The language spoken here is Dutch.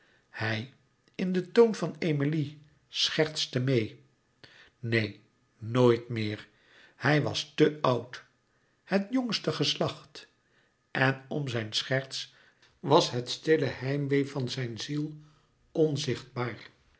hij in den toon van emilie schertste meê neen nooit meer hij was te oud het jongste geslacht en om zijn scherts was het stille heimwee van zijn ziel onzichtbaar